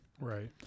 Right